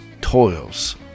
toils